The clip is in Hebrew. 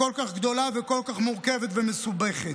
הכל-כך גדולה וכל כך מורכבת ומסובכת.